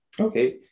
Okay